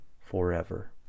forever